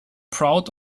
proud